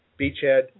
Beachhead